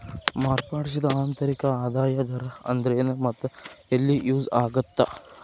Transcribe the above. ಮಾರ್ಪಡಿಸಿದ ಆಂತರಿಕ ಆದಾಯದ ದರ ಅಂದ್ರೆನ್ ಮತ್ತ ಎಲ್ಲಿ ಯೂಸ್ ಆಗತ್ತಾ